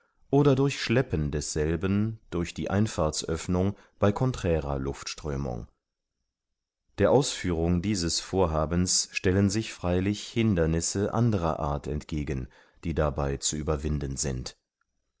oder durch schleppen desselben durch die einfahrtsöffnung bei conträrer luftströmung der ausführung dieses vorhabens stellen sich freilich hindernisse anderer art entgegen die dabei zu überwinden sind